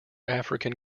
african